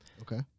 okay